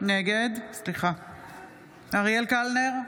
נגד אריאל קלנר,